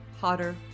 hotter